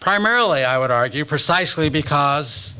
primarily i would argue precisely because